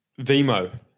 Vimo